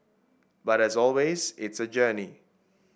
but as always it's a journey